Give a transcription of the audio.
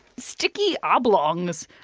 sticky oblongs.